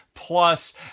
plus